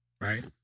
right